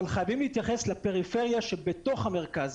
אבל חייבים להתייחס לפריפריה שבתוך המרכז.